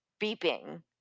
beeping